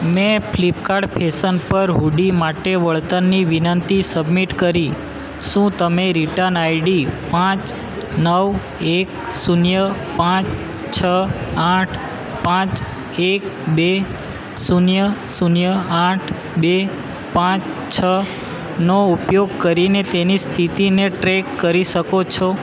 મેં Flipkart fashion પર hoodie માટે વળતરની વિનંતી સબમિટ કરી શું તમે રિટન આઈડી પાંચ નવ એક શૂન્ય પાંચ છ આઠ પાંચ એક બે શૂન્ય શૂન્ય આઠ બે પાંચ છ નો ઉપયોગ કરીને તેની સ્થિતિને ટ્રેક કરી શકો છો